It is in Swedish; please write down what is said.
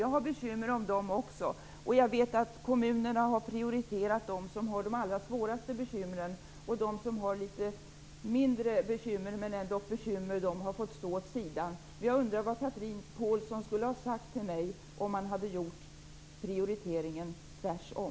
Jag har också bekymmer för dem, och jag vet att kommunerna har prioriterat dem som har de allra svåraste bekymren. De som har litet mindre bekymmer, men ändå bekymmer, har fått stå åt sidan. Jag undrar vad Chatrine Pålsson skulle ha sagt till mig om man hade gjort prioriteringen tvärs om.